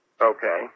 Okay